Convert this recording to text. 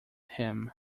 him